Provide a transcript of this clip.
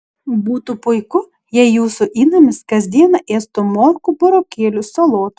būtų puiku jei jūsų įnamis kas dieną ėstų morkų burokėlių salotų